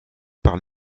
par